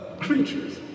creatures